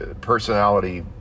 personality